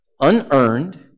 unearned